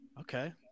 okay